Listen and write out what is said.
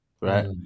right